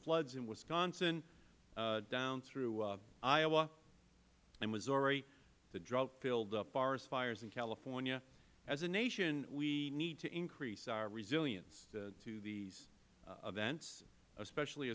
floods in wisconsin down through iowa and missouri the drought fueled forest fires in california as a nation we need to increase our resilience to these events especially